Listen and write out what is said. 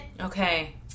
okay